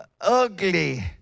ugly